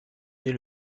dès